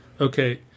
Okay